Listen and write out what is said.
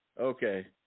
Okay